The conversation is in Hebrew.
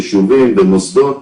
ישובים ומוסדות,